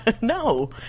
no